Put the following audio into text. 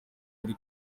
muri